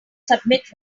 submit